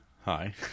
Hi